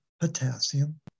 potassium